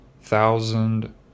thousand